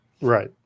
Right